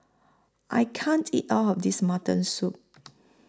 I can't eat All of This Mutton Soup